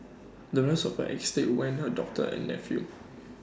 the rest of her estate went to her doctor and nephew